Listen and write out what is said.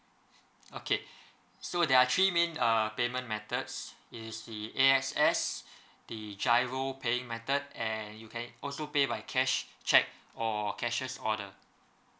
okay so there're three main uh payment methods is the A_X_S the giro paying method and you can also pay by cash cheque or cashier's order